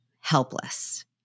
helpless